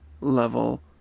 level